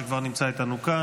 שכבר נמצא איתנו כאן,